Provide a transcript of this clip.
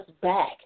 back